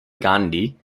gandhi